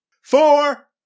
Four